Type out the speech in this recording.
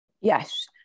Yes